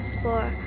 four